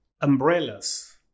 umbrellas